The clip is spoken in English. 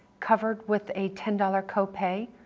covered with a ten dollars copay,